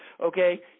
okay